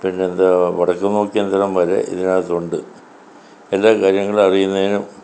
പിന്നെ എന്താണ് വടക്ക് നോക്കി യന്ത്രം വരെ ഇതിനകത്തുണ്ട് എല്ലാ കാര്യങ്ങളും അറിയുന്നതിനും